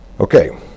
Okay